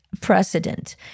Precedent